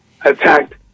attacked